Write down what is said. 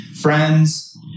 friends